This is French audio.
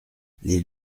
les